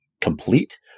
complete